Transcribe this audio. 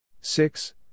Six